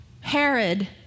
Herod